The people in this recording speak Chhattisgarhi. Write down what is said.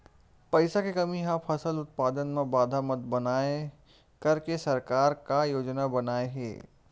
पईसा के कमी हा फसल उत्पादन मा बाधा मत बनाए करके सरकार का योजना बनाए हे?